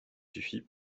suffit